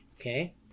Okay